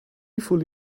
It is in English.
fully